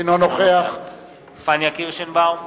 אינו נוכח פניה קירשנבאום,